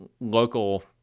local